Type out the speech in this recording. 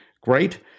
great